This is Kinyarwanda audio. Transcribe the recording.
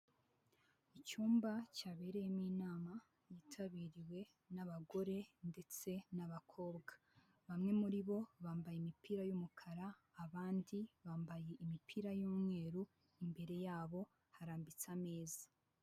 Icyumba cyabereyemo inama yitabiriwe n'abagore ndetse n'abakobwa bamwe muri bo bambaye imipira y'umukara abandi bambaye imipira y'umweru imbere yabo harambitse ameza.